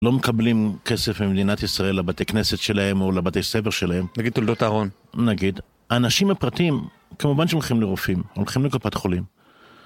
לא מקבלים כסף ממדינת ישראל לבתי כנסת שלהם או לבתי ספר שלהם. נגיד תולדות אהרון. נגיד. האנשים הפרטיים כמובן שהם הולכים לרופאים, הולכים לקופת חולים.